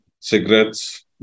cigarettes